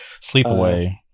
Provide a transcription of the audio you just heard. sleepaway